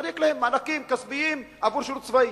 מענקים כספיים עבור שירות צבאי.